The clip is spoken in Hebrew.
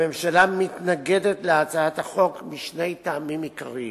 הממשלה מתנגדת להצעת החוק משני טעמים עיקריים.